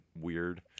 weird